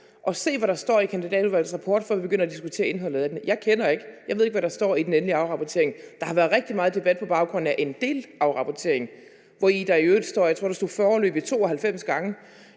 at se, hvad der står i Kandidatudvalgets rapport, før vi begynder at diskutere indholdet af den. Jeg ved ikke, hvad der står i den endelige afrapportering. Der har været rigtig meget debat på baggrund af en delafrapportering, hvori der i øvrigt står »foreløbig« 92 gange,